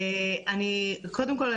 קודם כל,